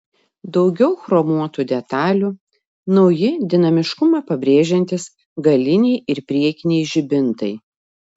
daugiau chromuotų detalių nauji dinamiškumą pabrėžiantys galiniai ir priekiniai žibintai